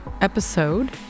episode